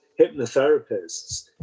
hypnotherapists